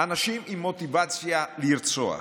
אנשים עם מוטיבציה לרצוח.